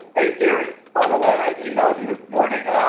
hey gary, by the way i've emailed you this morning.